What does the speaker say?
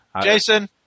Jason